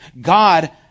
God